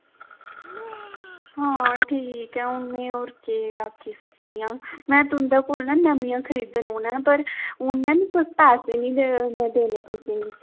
आं ठीक ऐ होर में केह् आक्खी सकनीं में तुंदे कोल ना नमियां खरीदन औना पर हून में पैसे निं देने पर